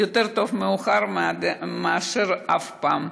טוב מאוחר מאשר אף פעם.